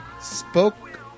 Spoke